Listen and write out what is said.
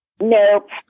Nope